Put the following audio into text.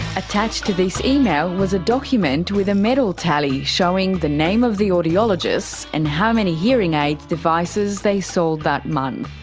attached to this email was a document with a medal tally showing the name of the audiologist and how many hearing aid devices they sold that month.